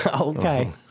Okay